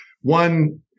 one